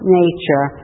nature